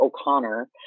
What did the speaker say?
O'Connor